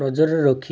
ନଜରରେ ରଖି